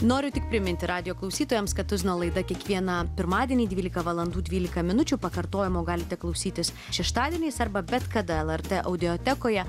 noriu tik priminti radijo klausytojams kad tuzino laida kiekvieną pirmadienį dvylika valandų dvylika minučių pakartojimo galite klausytis šeštadieniais arba bet kada lrt audiotekoje